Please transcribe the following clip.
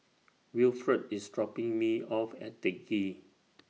Wilfred IS dropping Me off At Teck Ghee